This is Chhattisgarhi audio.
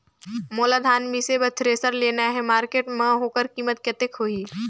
मोला धान मिसे बर थ्रेसर लेना हे मार्केट मां होकर कीमत कतेक होही?